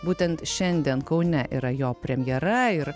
būtent šiandien kaune yra jo premjera ir